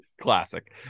Classic